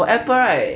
for apple right